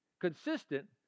consistent